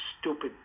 stupid